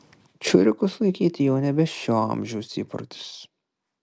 čiurikus laikyti jau nebe šio amžiaus įprotis